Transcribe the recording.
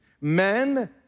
Men